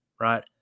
right